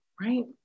Right